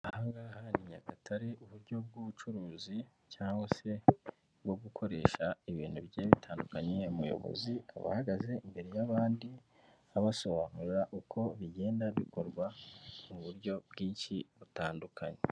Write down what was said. Ahangaha ni Nyagatare, uburyo bw'ubucuruzi cyangwa se bwo gukoresha ibintu bigiye bitandukanye, umuyobozi akaba ahagaze imbere y'abandi abasobanurira uko bigenda bikorwa mu buryo bwinshi butandukanye.